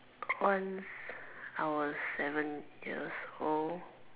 once I was seven years old